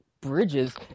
bridges